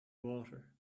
water